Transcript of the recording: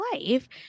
life